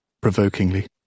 Provokingly